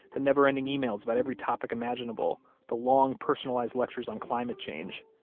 the never-ending emails about every topic imaginable, the long personalized lectures on climate change,